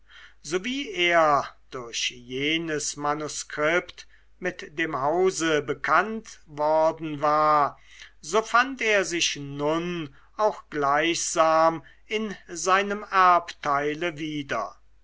so wie er durch jenes manuskript mit dem hause bekannt worden war so fand er sich nun auch gleichsam in seinem erbteile wieder